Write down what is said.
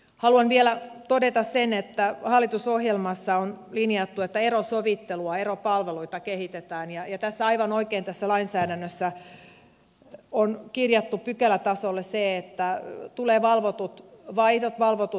haluan vielä todeta sen että hallitusohjelmassa on linjattu että erosovittelua eropalveluita kehitetään ja tässä lainsäädännössä aivan oikein on kirjattu pykälätasolle se että tulee valvotut vaihdot valvotut tapaamiset